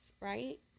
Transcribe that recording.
right